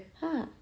!huh!